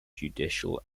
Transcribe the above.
judicial